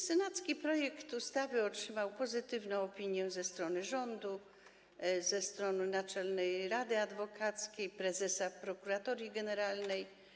Senacki projekt ustawy otrzymał pozytywną opinię ze strony rządu, ze strony Naczelnej Rady Adwokackiej, prezesa Prokuratorii Generalnej.